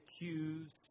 accused